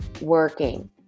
working